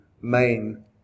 main